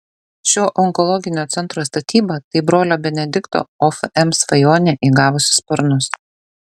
šio onkologinio centro statyba tai brolio benedikto ofm svajonė įgavusi sparnus